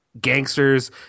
gangsters